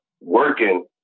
working